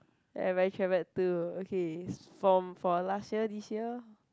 where have I travelled to okay from for last year this year